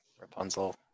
Rapunzel